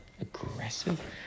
Aggressive